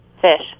Fish